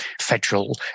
federal